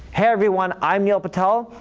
hey, everyone, i'm neil patel,